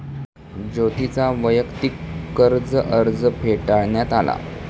ज्योतीचा वैयक्तिक कर्ज अर्ज फेटाळण्यात आला